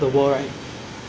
and then humans will become like